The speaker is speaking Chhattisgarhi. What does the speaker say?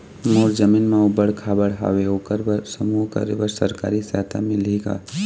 मोर जमीन म ऊबड़ खाबड़ हावे ओकर बर समूह करे बर सरकारी सहायता मिलही का?